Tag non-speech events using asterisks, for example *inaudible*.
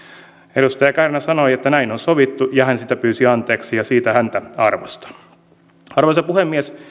edustaja kärnä sanoi että näin on sovittu ja hän sitä pyysi anteeksi ja siitä häntä arvostan arvoisa puhemies *unintelligible*